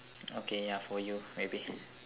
okay ya for you maybe